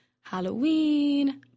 Halloween